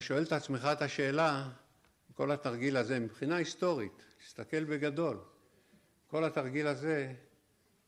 שואל את עצמך את השאלה בכל התרגיל הזה, מבחינה היסטורית, תסתכל בגדול, בכל התרגיל הזה